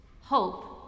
hope